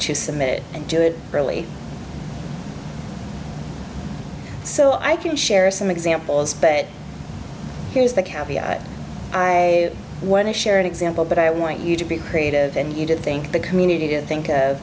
to submit and do it early so i can share some examples but here's the catch i want to share an example but i want you to be creative and you didn't think the community didn't think